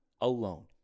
alone